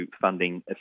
funding